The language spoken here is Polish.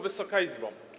Wysoka Izbo!